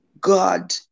god